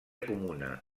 comuna